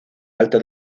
alta